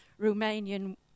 Romanian